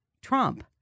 Trump